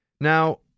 Now